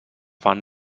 fan